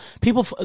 people